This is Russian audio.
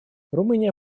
румыния